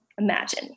imagine